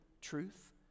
truth